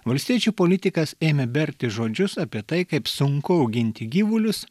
valstiečių politikas ėmė berti žodžius apie tai kaip sunku auginti gyvulius